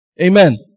Amen